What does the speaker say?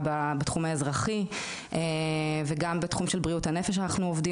בתחום האזרחי וגם בתחום של בריאות הנפש אנחנו עובדים,